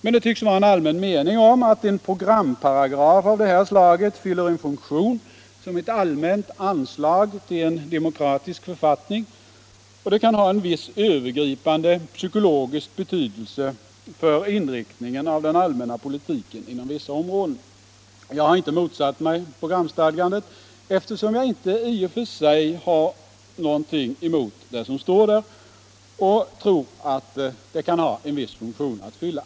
Men det tycks vara en allmän mening, att en programparagraf av det här slaget fyller en funktion som ett allmänt anslag till en demokratisk författning och att det kan ha en viss övergripande psykologisk betydelse för inriktningen av den allmänna politiken inom vissa områden. Jag har inte motsatt Nr 149 mig programstadgandet, eftersom jag inte i och för sig har något emot Fredagen den det som står där. Jag tror att det kan ha en viss funktion att fylla.